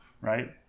right